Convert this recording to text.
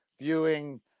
viewing